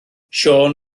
siôn